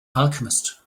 alchemist